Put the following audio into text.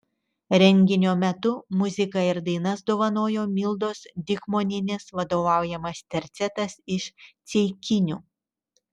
renginio metu muziką ir dainas dovanojo mildos dikmonienės vadovaujamas tercetas iš ceikinių